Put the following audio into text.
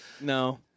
No